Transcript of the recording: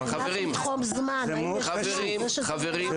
חברים, חברים מספיק, סליחה.